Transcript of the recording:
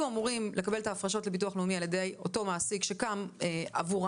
אמורים לקבל את ההפרשות לביטוח לאומי על ידי אותו מעסיק שקם עבורם,